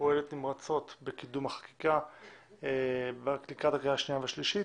פועלת נמרצות לקידום החקיקה לקראת הקריאה השנייה והשלישית,